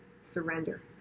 surrender